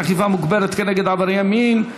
אכיפה מוגברת כנגד עברייני מין),